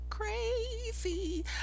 crazy